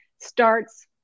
starts